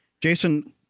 Jason